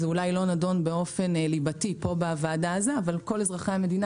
זה אולי לא נדון באופן ליבתי פה בוועדה אבל כל אזרחי המדינה